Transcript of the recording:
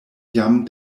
jam